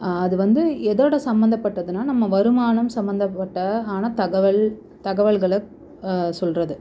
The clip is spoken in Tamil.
அது வந்து எதோடு சம்பந்தப்பட்டதுன்னா நம்ம வருமானம் சம்பந்தப்பட்ட ஆன தகவல் தகவல்களை சொல்கிறது